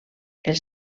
els